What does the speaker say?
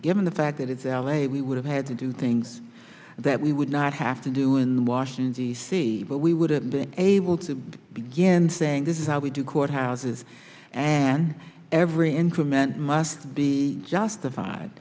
given the fact that it's l a we would have had to do things that we would not have to do in washington d c but we would have been able to begin saying this is how we do courthouses and every increment must be justified